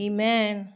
Amen